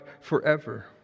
forever